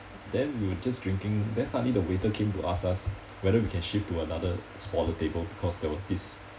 then we were just drinking then suddenly the waiter came to ask us whether we can shift to another smaller table because there was this